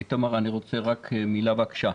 אני רוצה רק מילה, בבקשה.